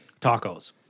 tacos